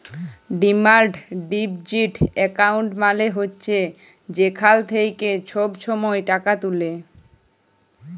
demand deposit account মালে হছে যেখাল থ্যাইকে ছব ছময় টাকা তুলে